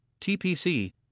TPC